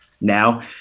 now